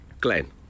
Glenn